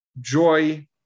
joy